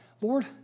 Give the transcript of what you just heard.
Lord